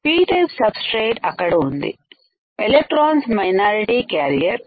p-type substrate అక్కడ ఉంది electrons minority carrier minority carrier